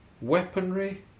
weaponry